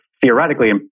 theoretically